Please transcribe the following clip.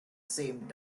same